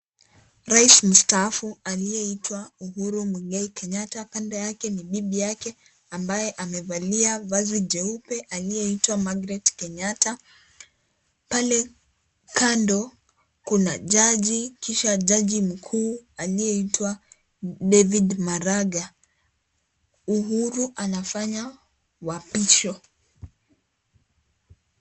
Rais mstaafu aliyeitwa Uhuru Mwigai Kenyatta, kando yake ni bibi yake ambaye amevalia vazi jeupe aliyeitwa Magret Kenyatta, pale kando kuna jaji, kisha jaji mkuu aliyeitwa David Maraga. Uhuru anafanya uapisho.